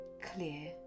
clear